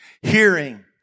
Hearing